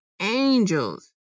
angels